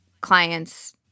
clients